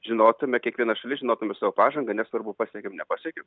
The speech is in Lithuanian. žinotume kiekviena šalis žinotume savo pažangą nesvarbu pasiekėm nepasiekėm